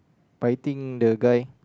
biting the guy